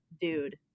dude